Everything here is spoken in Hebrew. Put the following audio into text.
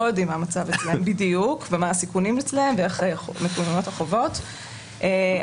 יודעים מה בדיוק המצב אצלם ומה הסיכונים אצלם,